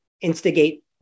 instigate